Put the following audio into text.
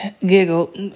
giggled